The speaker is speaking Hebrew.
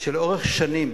שלאורך שנים